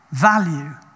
value